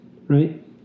right